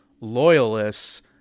loyalists